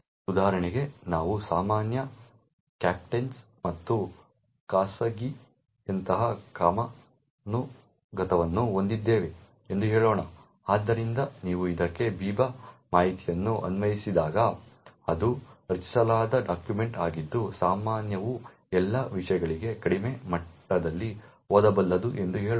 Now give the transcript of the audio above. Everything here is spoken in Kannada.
ಉದಾಹರಣೆಗೆ ನಾವು ಸಾಮಾನ್ಯ ಕ್ಯಾಪ್ಟನ್ಗಳು ಮತ್ತು ಖಾಸಗಿಯಂತಹ ಕ್ರಮಾನುಗತವನ್ನು ಹೊಂದಿದ್ದೇವೆ ಎಂದು ಹೇಳೋಣ ಆದ್ದರಿಂದ ನೀವು ಇದಕ್ಕೆ ಬಿಬಾ ಮಾದರಿಯನ್ನು ಅನ್ವಯಿಸಿದಾಗ ಅದು ರಚಿಸಲಾದ ಡಾಕ್ಯುಮೆಂಟ್ ಆಗಿದ್ದು ಸಾಮಾನ್ಯವು ಎಲ್ಲಾ ವಿಷಯಗಳಿಗೆ ಕಡಿಮೆ ಮಟ್ಟದಲ್ಲಿ ಓದಬಲ್ಲದು ಎಂದು ಹೇಳೋಣ